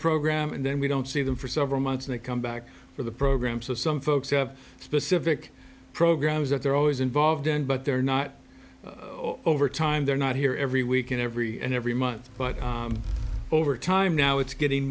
program and then we don't see them for several months and they come back for the program so some folks have specific programs that they're always involved in but they're not over time they're not here every week and every and every month but over time now it's getting